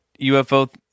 UFO